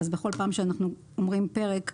בכל פעם שאנחנו אומרים פרק,